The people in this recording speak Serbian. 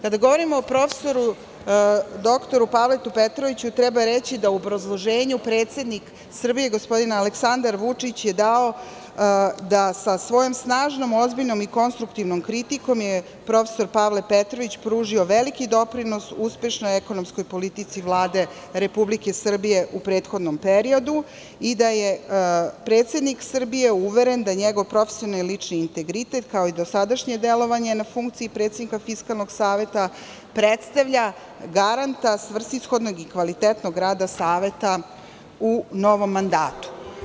Kada govorimo o prof. dr Pavlu Petroviću, treba reći da je u obrazloženju predsednik Srbije gospodin Aleksandar Vučić dao - sa svojom snažnom, ozbiljnom i konstruktivnom kritikom prof. Pavle Petrović je pružio veliki doprinos uspešnoj ekonomskoj politici Vlade Republike Srbije u prethodnom periodu i da je predsednik Srbije uveren da njegov profesionalni, lični integritet, kao i dosadašnje delovanje na funkciji predsednika Fiskalnog saveta predstavlja garanta, svrsishodnog i kvalitetnog rada Saveta u novom mandatu.